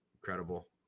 Incredible